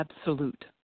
absolute